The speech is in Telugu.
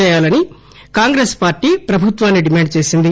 చేయాలని కాంగ్రెస్ పార్టీ ప్రభుత్వాన్ని డిమాండ్ చేసింది